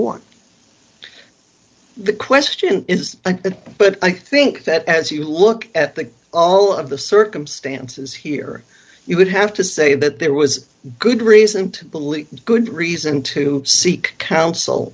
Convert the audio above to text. court the question is that but i think that as you look at the all of the circumstances here you would have to say that there was good reason to believe good reason to seek counsel